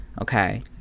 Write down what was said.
Okay